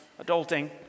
adulting